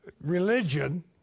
religion